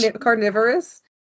carnivorous